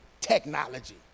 technology